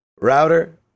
Router